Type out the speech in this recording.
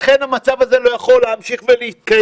לכן המצב הזה לא יכול להמשיך ולהתקיים.